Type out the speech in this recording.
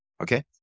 Okay